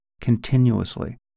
continuously